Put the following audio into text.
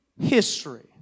history